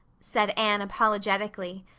said anne apologetically,